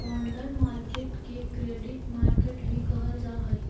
bond market के credit market भी कहल जा हइ